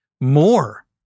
more